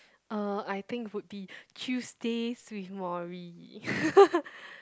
uh I think would be Tuesdays with Morrie